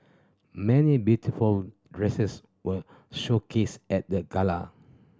many beautiful dresses were showcased at the gala